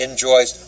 enjoys